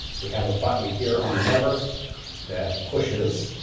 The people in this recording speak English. we have a button here on the lever that pushes